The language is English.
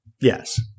Yes